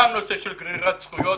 גם הנושא של גרירת זכויות